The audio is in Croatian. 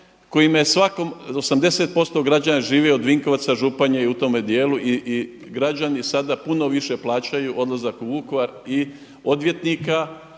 kojima je 80% građana živi od Vinkovaca, Županije i u tome dijelu i građani sada puno više plaćaju odlazak u Vukovar i odvjetnika